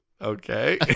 Okay